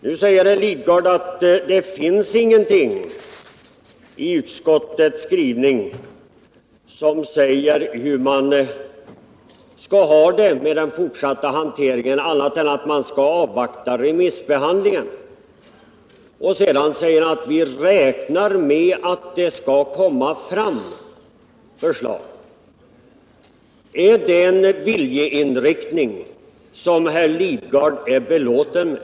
89 Herr Lidgard säger att det inte finns någonting i utskottets skrivning som säger hur det skall bli med den fortsatta hanteringen annat än att remissbehandlingen skall avvaktas. Och sedan säger han: Vi räknar med att det skall komma fram förslag. Är det en viljeinriktning som herr Lidgard är belåten med?